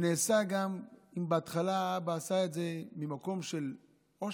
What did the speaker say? אם בהתחלה האבא עשה את זה ממקום של עושר,